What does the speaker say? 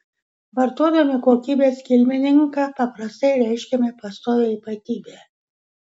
vartodami kokybės kilmininką paprastai reiškiame pastovią ypatybę